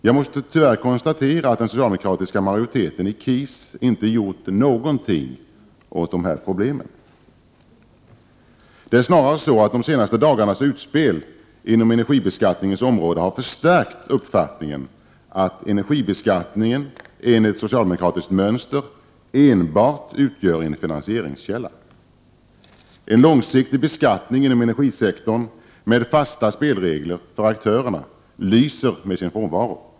Jag måste tyvärr konstatera att den socialdemokratiska majoriteten i KIS inte har gjort något åt dessa problem. Snarare är det så, att de senaste dagarnas utspel på energibeskattningens område har förstärkt uppfattningen att energibeskattningen enligt socialdemokratiskt mönster enbart utgör en finansieringskälla. En långsiktig beskattning inom energisektorn med fasta spelregler för aktörerna lyser med sin frånvaro.